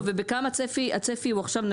ובכמה הצפי הוא עכשיו?